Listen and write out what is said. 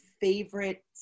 favorite